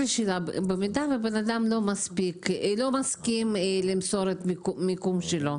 במידה ובן אדם לא מסכים למסור את המיקום שלו,